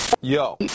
Yo